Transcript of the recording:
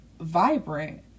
vibrant